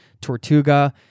tortuga